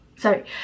sorry